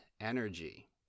energy